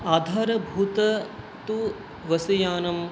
आधारभूतं तु वस्यानं